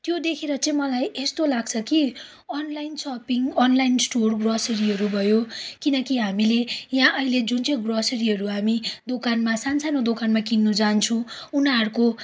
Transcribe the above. त्यो देखेर चाहिँ मलाई यस्तो लाग्छ कि अनलाइन सपिङ अनलाइन स्टोर ग्रोसरीहरू भयो किनकि हामीले यहाँ अहिले जुन चाहिँ ग्रोसरीहरू हामी दोकानमा सानसानो दोकानमा किन्न जान्छौँ उनीहरूको